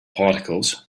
particles